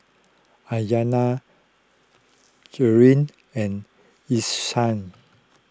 Aryanna Jeanine and Esau